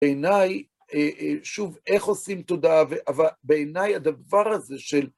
בעיניי, שוב, איך עושים תודעה, אבל בעיניי הדבר הזה של...